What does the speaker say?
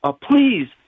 please